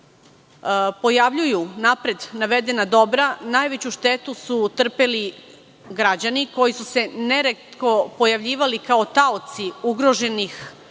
pojavljuju napred navedena dobra, najveću štetu su trpeli građani koji su se neretko pojavljivali kao taoci ugroženih